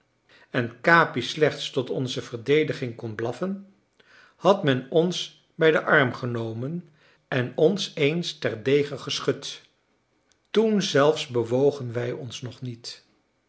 en capi slechts tot onze verdediging kon blaffen had men ons bij den arm genomen en ons eens terdege geschud toen zelfs bewogen wij ons nog niet